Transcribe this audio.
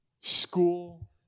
school